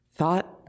thought